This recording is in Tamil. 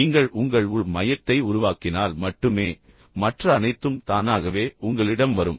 நீங்கள் உங்கள் உள் மையத்தை உருவாக்கினால் மட்டுமே மற்ற அனைத்தும் தானாகவே உங்களிடம் வரும்